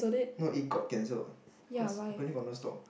no it got cancelled cause apparently got no stock